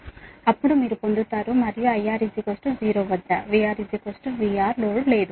అప్పుడు మీరు పొందుతారు మరియు IR 0 వద్ద VR VR లోడ్ లేదు